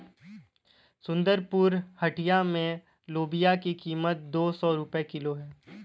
सुंदरपुर हटिया में लोबिया की कीमत दो सौ रुपए किलो है